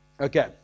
Okay